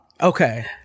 Okay